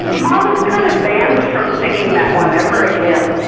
mum is kind of banned from singing that one ever again,